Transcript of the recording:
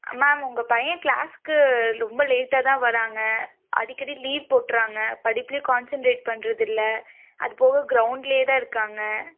ma'am உங்கள் பையன் கிளாஸ்க்கு ரொம்ப லேட்டாக தான் வராங்க அடிக்கடி லீவ் போடுறாங்க படிப்புலேயும் கான்சன்ட்ரேட் பண்ணுறது இல்லை அது போக க்ரௌண்ட்லேயே தான் இருக்காங்க